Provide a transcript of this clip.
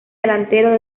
delantero